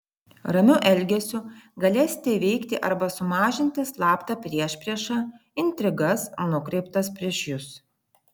ramiu elgesiu galėsite įveikti arba sumažinti slaptą priešpriešą intrigas nukreiptas prieš jus